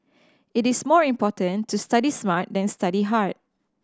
it is more important to study smart than study hard